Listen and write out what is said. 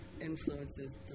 influences